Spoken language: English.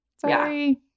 Sorry